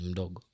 dog